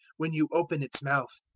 when you open its mouth,